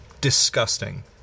disgusting